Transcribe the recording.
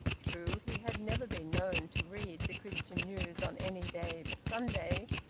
true, he had never been known to read the christian news on any day but sunday,